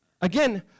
again